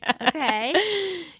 Okay